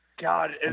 God